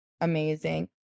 amazing